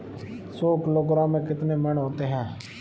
सौ किलोग्राम में कितने मण होते हैं?